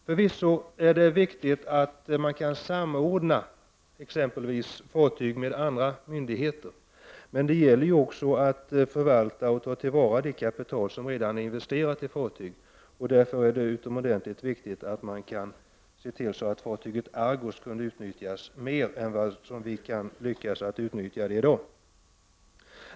Förvisso är det viktigt att man kan samordna exempelvis fartyg med andra myndigheter. Men det gäller också att man förvaltar och tar till vara det kaptial som redan är investerat i fartyg. Därför är det utomordentligt viktigt att man kan se till att fartyget Argus kan utnyttjas mer än i dag.